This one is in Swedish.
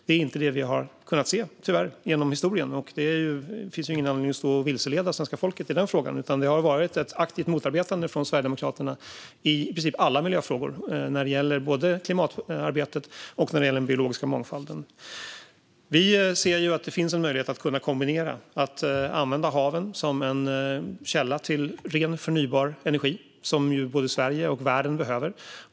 Det är inte det vi har kunnat se genom historien, tyvärr. Det finns ju ingen anledning att stå här och vilseleda svenska folket i den frågan, utan det har varit ett aktivt motarbetande från Sverigedemokraterna i princip i alla miljöfrågor när det gäller både klimatarbetet och den biologiska mångfalden. Vi ser att det finns en möjlighet att kombinera detta och använda haven som en källa till ren, förnybar energi, som både Sverige och världen behöver.